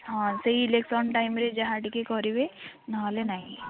ହଁ ସେହି ଇଲେକ୍ସନ୍ ଟାଇମ୍ରେ ଯାହା ଟିକେ କରିବେ ନହେଲେ ନାହିଁ